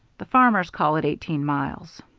the farmers call it eighteen miles.